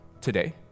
today